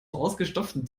ausgestopften